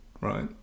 right